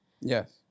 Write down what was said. Yes